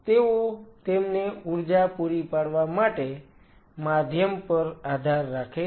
તેઓ તેમને ઊર્જા પૂરી પાડવા માટે માધ્યમ પર આધાર રાખે છે